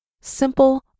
simple